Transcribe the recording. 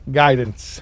guidance